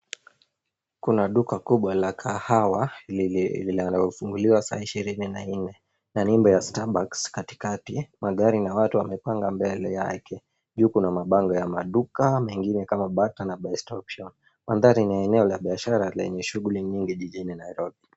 Kuna duka kubwa la kahawa linalofunguliwa saa 24 na nyumba ya Starbucks katikati. Magari na watu wamepanga mbele yake. Yupo na mabango ya maduka mengine kama Bata na Best Option. Mandhari ni eneo la biashara lenye shughuli nyingi jijini Nairobi.